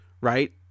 right